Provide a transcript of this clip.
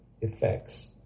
effects